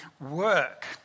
work